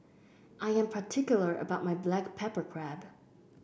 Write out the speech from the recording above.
I am particular about my Black Pepper Crab